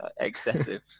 excessive